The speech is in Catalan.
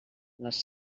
les